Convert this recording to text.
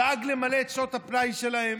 הוא דאג למלא את שעות הפנאי שלהם,